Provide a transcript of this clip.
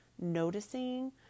noticing